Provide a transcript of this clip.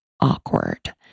awkward